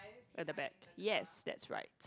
at the back yes that's right